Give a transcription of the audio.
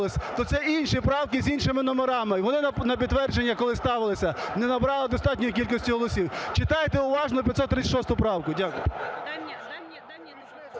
то це інші правки з іншими номерами і вони на підтвердження, коли ставилися, не набрали достатньої кількості голосів. Читайте уважно 536 правку. Дякую.